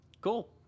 Cool